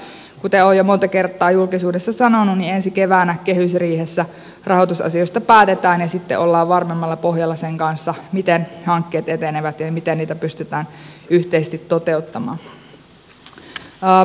kuten olen jo monta kertaa julkisuudessa sanonut niin ensi keväänä kehysriihessä rahoitusasioista päätetään ja sitten ollaan varmemmalla pohjalla sen kanssa miten hankkeet etenevät ja miten niitä pystytään yhteisesti toteuttamaan